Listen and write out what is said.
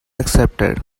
accepted